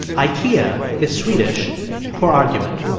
ikea is swedish for argument.